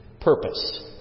purpose